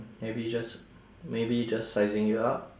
maybe just maybe just sizing you up